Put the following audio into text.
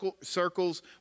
circles